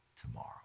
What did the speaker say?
tomorrow